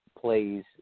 plays